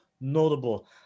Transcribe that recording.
notable